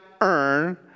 earn